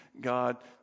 God